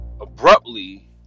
abruptly